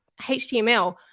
HTML